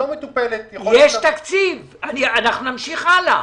אנחנו נמשיך הלאה,